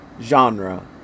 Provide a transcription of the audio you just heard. genre